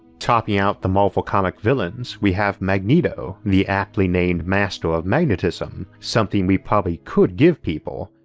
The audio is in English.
topping out the marvel comic villains we have magneto, the aptly named master of magnetism, something we probably could give people,